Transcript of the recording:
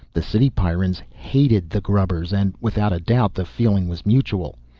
the city pyrrans hated the grubbers and, without a doubt, the feeling was mutual.